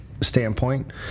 standpoint